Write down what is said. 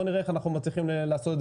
בואו נראה איך אנחנו מצליחים לעשות את